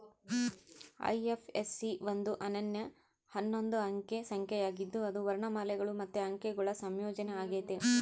IFSC ಒಂದು ಅನನ್ಯ ಹನ್ನೊಂದು ಅಂಕೆ ಸಂಖ್ಯೆ ಆಗಿದ್ದು ಅದು ವರ್ಣಮಾಲೆಗುಳು ಮತ್ತೆ ಅಂಕೆಗುಳ ಸಂಯೋಜನೆ ಆಗೆತೆ